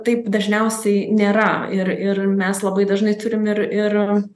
taip dažniausiai nėra ir ir mes labai dažnai turim ir ir